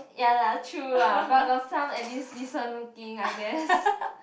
ya lah true ah but got some at least decent looking I guess